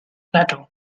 plato